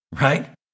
right